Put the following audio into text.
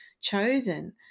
chosen